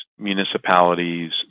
Municipalities